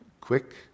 quick